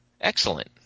excellent